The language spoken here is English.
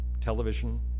television